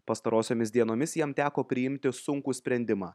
pastarosiomis dienomis jam teko priimti sunkų sprendimą